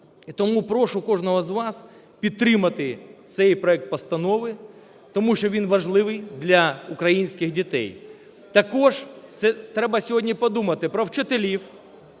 тому прошу кожного з вас підтримати цей проект постанови, тому що він важливий для українських дітей. Також треба сьогодні подумати про вчителів,